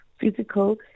physical